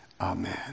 Amen